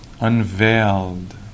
Unveiled